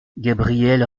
gabrielle